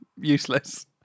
useless